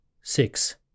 Six